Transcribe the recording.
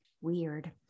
Weird